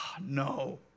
No